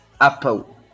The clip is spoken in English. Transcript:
apple